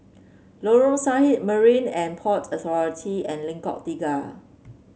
Lorong Sarhad Marine And Port Authority and Lengkok Tiga